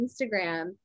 Instagram